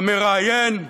המראיין,